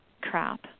crap